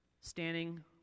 standing